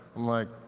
like,